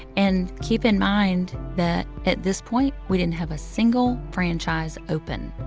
and keep in mind that at this point, we didn't have a single franchise open.